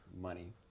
money